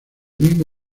mismo